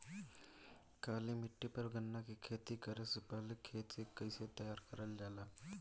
काली मिट्टी पर गन्ना के खेती करे से पहले खेत के कइसे तैयार करल जाला?